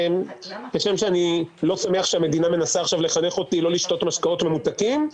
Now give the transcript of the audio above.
כשם שאני לא שמח שהמדינה מנסה לחנך אותי לא לשתות משקאות ממותקים,